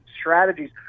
strategies